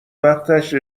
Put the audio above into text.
وقتش